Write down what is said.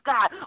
God